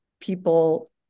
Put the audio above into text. People